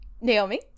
Naomi